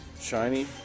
shiny